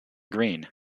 green